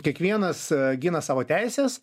kiekvienas gina savo teises